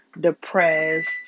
depressed